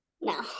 No